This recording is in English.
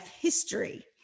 history